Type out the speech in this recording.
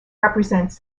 represents